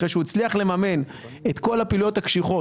אחרי שהוא הצליח לממן את כל הפעילויות הקשיחות,